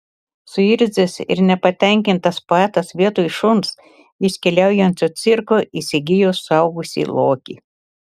suirzęs ir nepatenkintas poetas vietoj šuns iš keliaujančio cirko įsigijo suaugusį lokį